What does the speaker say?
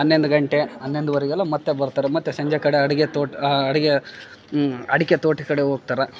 ಹನ್ನೊಂದು ಗಂಟೆ ಹನ್ನೊಂದು ವರೆಗೆಲ್ಲ ಮತ್ತು ಬರ್ತಾರೆ ಮತ್ತು ಸಂಜೆ ಕಡೆ ಅಡುಗೆ ತೋಟ ಅಡುಗೆ ಅಡಿಕೆ ತೋಟದ ಕಡೆ ಹೋಗ್ತಾರಾ